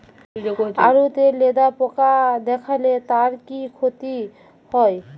আলুতে লেদা পোকা দেখালে তার কি ক্ষতি হয়?